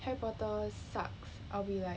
harry potter sucks I'll be like